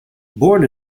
born